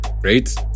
great